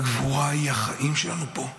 הגבורה היא החיים שלנו פה,